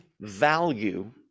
value